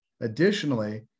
Additionally